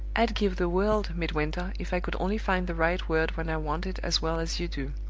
i'd give the world, midwinter, if i could only find the right word when i want it as well as you do.